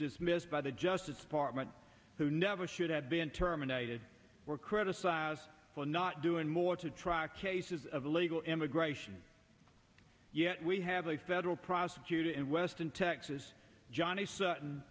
dismissed by the justice department who never should have been terminated were criticized for not doing more to track cases of illegal immigration yet we have a federal prosecutor in western texas johnny s